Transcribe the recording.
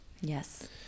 yes